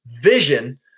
vision